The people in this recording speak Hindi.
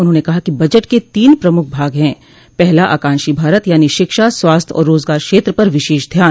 उन्होंने कहा कि बजट के तीन प्रमुख भाग हैं पहला आकांक्षी भारत यानि शिक्षा स्वास्थ्य आर रोजगार क्षेत्र पर विशेष ध्यान